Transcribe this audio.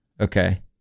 Okay